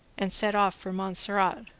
and set off for montserrat.